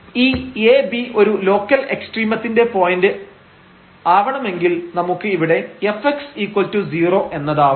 ഈ ab ഒരു local എക്സ്ട്രീമത്തിന്റെ പോയന്റ് ആവണമെങ്കിൽ നമുക്ക് ഇവിടെ fx0 എന്നതാവണം